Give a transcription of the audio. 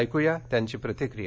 ऐकूया त्यांची प्रतिक्रिया